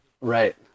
Right